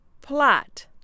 Plot